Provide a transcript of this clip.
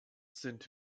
sind